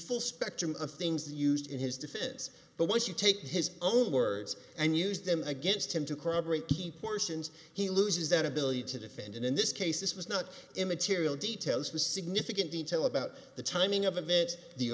full spectrum of things used in his defense but once you take his own words and use them against him to corroborate key portions he loses that ability to defend and in this case this was not immaterial details was significant detail about the timing of